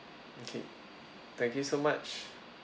okay thank you so much